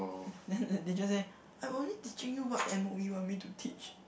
then the teacher say I'm only teaching you what M_O_E want me to teach